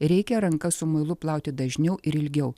reikia ranka su muilu plauti dažniau ir ilgiau